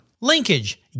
Linkage